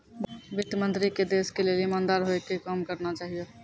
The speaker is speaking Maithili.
वित्त मन्त्री के देश के लेली इमानदार होइ के काम करना चाहियो